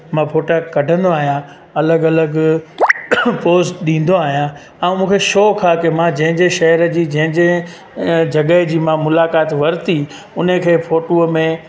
मां फ़ोटा कढंदो आहियां अलॻि अलॻि पोज़ ॾींदो आहियां ऐं मूंखे शौक़ु आहे की मां जंहिं जंहिं शहिर जी जंहिं जंहिं जॻह जी मां मुलाकात वरिती हुन खे फ़ोटूअ में